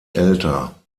älter